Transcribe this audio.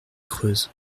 creuse